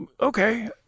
Okay